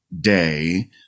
day